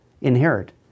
inherit